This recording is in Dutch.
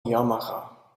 yamaha